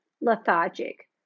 lethargic